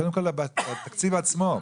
קודם כל התקציב עצמו.